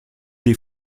des